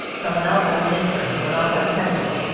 someone else has an intern, someone else has ten people.